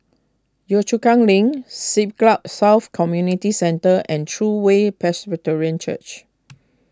Yio Chu Kang Link Siglap South Community Centre and True Way Presbyterian Church